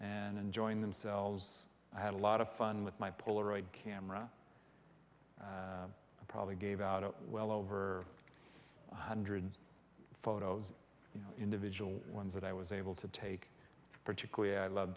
and enjoying themselves i had a lot of fun with my polaroid camera probably gave out well over one hundred photos individual ones that i was able to take particularly i love